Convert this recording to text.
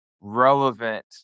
relevant